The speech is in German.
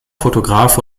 fotograf